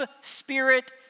spirit